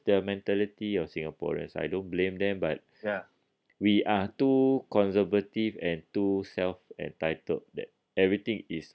the mentality of singaporeans I don't blame them but are we are too conservative and too self entitled that everything is